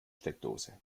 steckdose